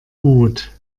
gut